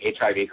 HIV